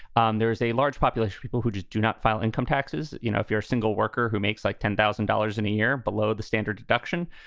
um there's a large population, people who just do not file income taxes. you know, if you're a single worker who makes like ten thousand dollars in a year below the standard deduction,